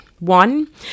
One